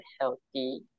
healthy